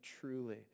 truly